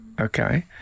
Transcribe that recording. Okay